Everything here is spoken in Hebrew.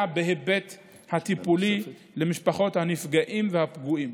בהיבט הטיפולי למשפחות הנפגעים והפוגעים.